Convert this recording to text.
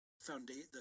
foundation